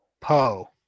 Po